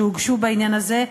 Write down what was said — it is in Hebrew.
שהוגשו בעניין הזה,